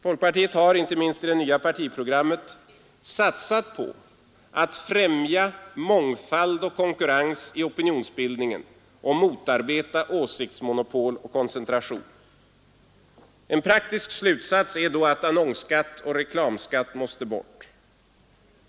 Folkpartiet har, inte minst i sitt nya partiprogram, satsat på att främja mångfald och konkurrens i opinionsbildningen och motarbeta åsiktsmonopol och koncentration. En praktisk slutsats är då att annonsskatt och reklamskatt måste bort.